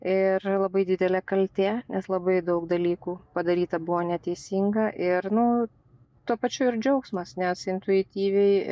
ir labai didelė kaltė nes labai daug dalykų padaryta buvo neteisinga ir nu tuo pačiu ir džiaugsmas nes intuityviai